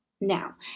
Now